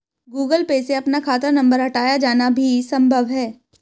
Google Pay से अपना खाता नंबर हटाया जाना भी संभव है